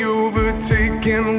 overtaken